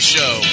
Show